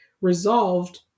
resolved